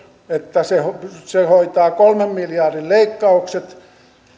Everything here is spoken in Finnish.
että se hoitaa kolmen miljardin leikkaukset